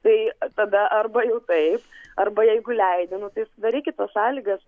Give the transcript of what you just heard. tai tada arba jau taip arba jeigu leidžia nu tai sudarykit tas sąlygas